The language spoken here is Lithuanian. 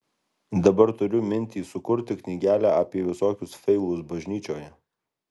dabar turiu mintį sukurti knygelę apie visokius feilus bažnyčioje